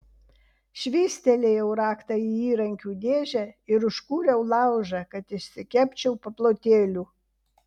švystelėjau raktą į įrankių dėžę ir užkūriau laužą kad išsikepčiau paplotėlių